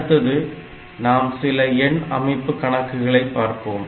அடுத்தது நாம் சில எண் அமைப்பு கணக்குகளை பார்ப்போம்